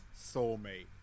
soulmate